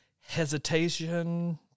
hesitation